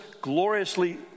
gloriously